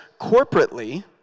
corporately